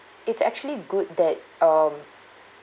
it's actually good that um